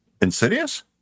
Insidious